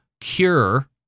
Cure